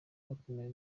bakomeje